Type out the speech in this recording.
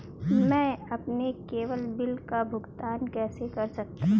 मैं अपने केवल बिल का भुगतान कैसे कर सकता हूँ?